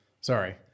Sorry